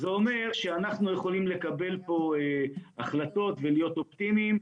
זה אומר שאנחנו יכולים לקבל פה החלטות ולהיות אופטימיים,